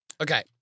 Okay